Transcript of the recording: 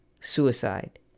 suicide